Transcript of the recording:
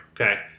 Okay